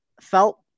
felt